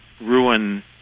ruin